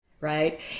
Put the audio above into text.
right